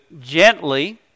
gently